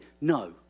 No